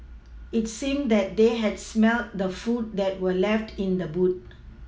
it seemed that they had smelt the food that were left in the boot